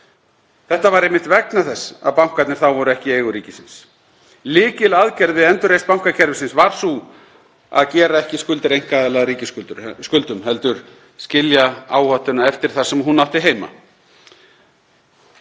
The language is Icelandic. Þetta var einmitt vegna þess að bankarnir voru ekki í eigu ríkisins. Lykilaðgerð við endurreisn bankakerfisins var sú að gera ekki skuldir einkaaðila að ríkisskuldum heldur skilja áhættuna eftir þar sem hún átti heima.